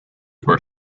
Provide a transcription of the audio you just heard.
were